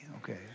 Okay